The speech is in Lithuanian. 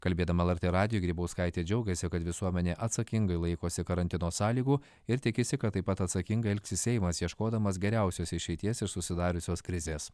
kalbėdama lrt radijui grybauskaitė džiaugėsi kad visuomenė atsakingai laikosi karantino sąlygų ir tikisi kad taip pat atsakingai elgsis seimas ieškodamas geriausios išeities iš susidariusios krizės